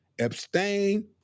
Abstain